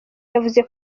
yavuze